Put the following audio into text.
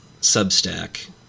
Substack